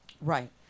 Right